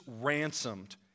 ransomed